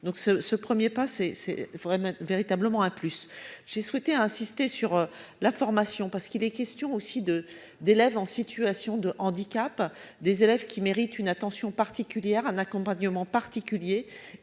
donc ce ce 1er pas c'est c'est vrai véritablement à plus. J'ai souhaité insister sur la formation parce qu'il est question aussi de d'élèves en situation de handicap. Des élèves qui méritent une attention particulière, un accompagnement particulier